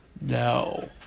No